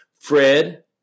Fred